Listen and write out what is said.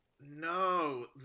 No